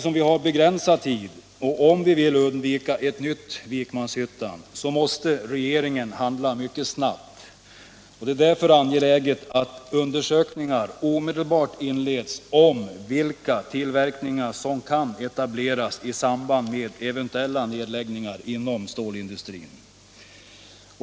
Om vi vill undvika ett nytt Vikmanshyttan måste regeringen handla snabbt, eftersom tiden är begränsad. Det är därför angeläget att undersökningar omedelbart inleds om vilka tillverkningar som kan etableras i samband med eventuella nedläggningar inom stålindustrin.